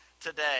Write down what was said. today